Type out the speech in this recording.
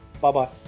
bye-bye